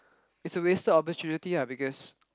it's a wasted opportunity lah because